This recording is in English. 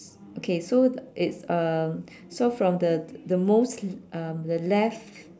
okay so it's um so from the the most um the left